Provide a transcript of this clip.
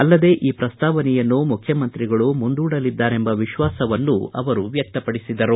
ಅಲ್ಲದೆ ಈ ಪ್ರಸ್ತಾವನೆಯನ್ನು ಮುಖ್ಯಮಂತ್ರಿಗಳು ಮುಂದೂಡಲಿದ್ದಾರೆಂಬ ವಿಶ್ವಾಸವನ್ನು ವ್ಯಕ್ತಪಡಿಸಿದರು